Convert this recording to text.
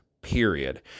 period